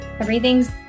Everything's